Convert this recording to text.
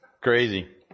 crazy